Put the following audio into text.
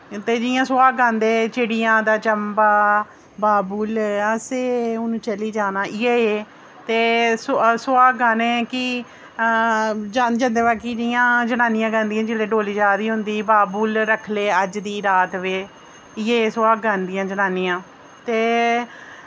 ते जि'यां सुहाग गांदे चिड़ियां दा चम्बा बाबुल असें हून चली जाना इ'यै ऐ ते सु सुहाग गाने कि ज जन्दे बाकी जि'यां जनानियां गांदियां जेल्लै डोल्ली जा दी होंदी बाबुल रक्ख ले अज्ज दी रात वे 'इयै एह् सुहाग गांदियां जनानियां ते